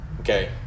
Okay